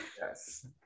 Yes